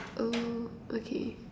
oh okay